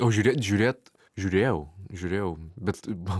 o žiūrėt žiūrėt žiūrėjau žiūrėjau bet man